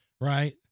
Right